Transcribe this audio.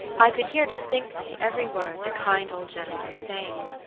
i could hear distinctly every word the kind old general was saying,